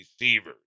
receivers